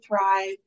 thrive